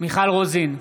מיכל רוזין,